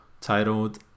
titled